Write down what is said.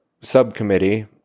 subcommittee